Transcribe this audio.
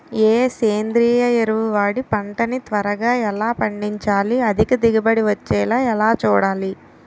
ఏ సేంద్రీయ ఎరువు వాడి పంట ని త్వరగా ఎలా పండించాలి? అధిక దిగుబడి వచ్చేలా ఎలా చూడాలి?